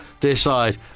decide